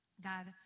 God